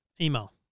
email